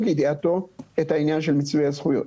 לידיעתו את העניין של מיצוי הזכויות.